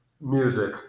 music